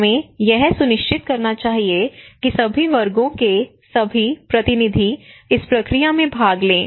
हमें यह सुनिश्चित करना चाहिए कि सभी वर्गों के सभी प्रतिनिधि इस प्रक्रिया में भाग लें